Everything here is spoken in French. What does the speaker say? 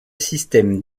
système